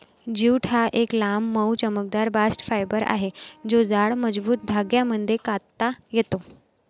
jute हा एक लांब, मऊ, चमकदार बास्ट फायबर आहे जो जाड, मजबूत धाग्यांमध्ये कातता येतो